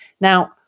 Now